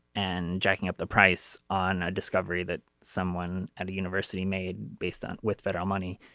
and jacking up the price on a discovery that someone at a university made based on with federal money.